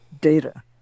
data